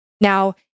Now